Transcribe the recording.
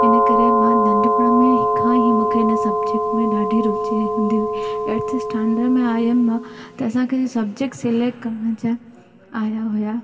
इन करे मां नंढपण में खां ई मूंखे हिन सभु में ॾाढी रुचि हूंदी हुई एथ स्टैंडर्ड में आयमि की असांखे सब्जैक्ट सिलैक्ट करण जा आया हुया